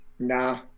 Nah